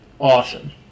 awesome